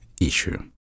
issue